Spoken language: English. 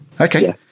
Okay